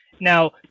Now